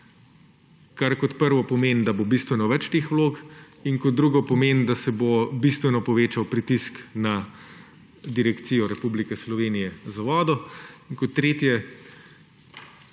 To kot prvo pomeni, da bo bistveno več teh vlog, in kot drugo pomeni, da se bo bistveno povečal pritisk na Direkcijo Republike Slovenije za vode. In kot tretje,